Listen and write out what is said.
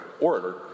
orator